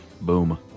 Boom